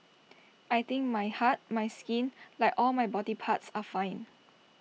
I think my heart my skin like all my body parts are fine